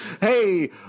Hey